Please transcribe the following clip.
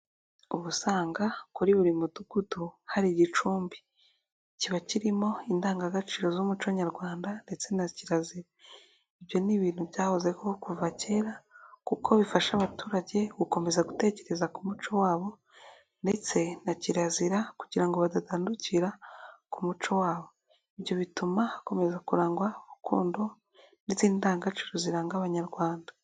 Uba usanga kuri buri mudugudu hari igicumbi. Kiba kirimo indangagaciro z'umuco nyarwanda ndetse na kirazira. Ibyo ni ibintu byahozeho kuva kera, kuko bifasha abaturage gukomeza gutekereza ku muco wabo ndetse na kirazira, kugira ngo badatandukira ku muco wabo. Ibyo bituma hakomeza kurangwa urukundo n'indangagaciro ziranga abanyarwanda.